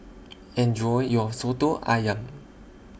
Enjoy your Soto Ayam